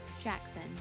Jackson